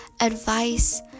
advice